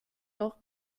noch